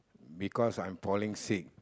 because I'm falling sick